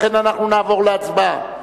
לכן אנחנו נעבור להצבעה.